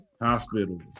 hospitals